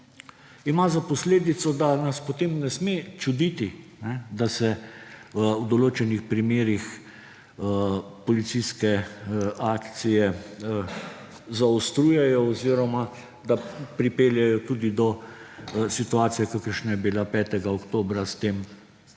ima za posledico, da nas potem ne sme čuditi, da se v določenih primerih policijske akcije zaostrujejo oziroma da pripeljejo tudi do situacije, kakršna je bila 5. oktobra s to množično